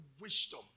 wisdom